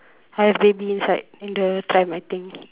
I have baby inside in the pram I think